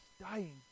dying